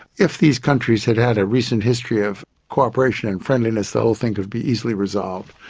if these countries had had a recent history of co-operation and friendliness, the whole thing could be easily resolved.